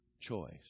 choice